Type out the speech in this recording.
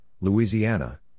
Louisiana